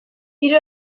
hiru